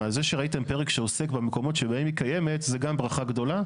הזה שראיתם פרק שעוסק במקומות שבהם היא קיימת זה גם ברכה גדולה.